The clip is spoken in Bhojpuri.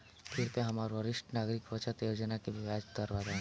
कृपया हमरा वरिष्ठ नागरिक बचत योजना के ब्याज दर बताइं